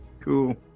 Cool